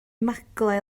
maglau